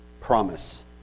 promise